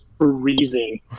freezing